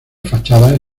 fachadas